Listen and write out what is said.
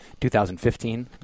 2015